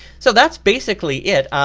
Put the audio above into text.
so that's basically it.